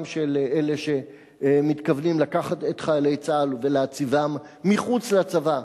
של אלה שמתכוונים לקחת את חיילי צה"ל ולהציבם מחוץ לצבא,